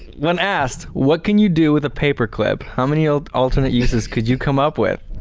when asked, what can you do with a paper clip, how many ah alternate uses could you come up with?